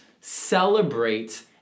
celebrate